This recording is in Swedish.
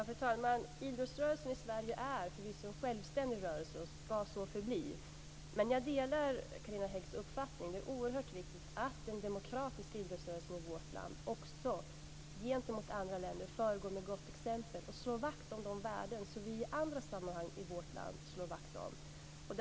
Fru talman! Idrottsrörelsen i Sverige är förvisso en självständig rörelse och skall så förbli, men jag delar Carina Häggs uppfattning. Det är oerhört viktigt att den demokratiska idrottsrörelsen i vårt land gentemot andra länder föregår med gott exempel och slår vakt om de värden som vi i andra sammanhang i vårt land slår vakt om.